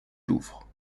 louvre